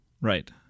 Right